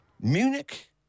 Munich